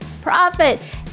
profit